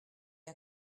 est